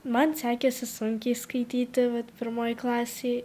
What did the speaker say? man sekėsi sunkiai skaityti vat pirmoje klasėj